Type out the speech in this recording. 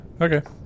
Okay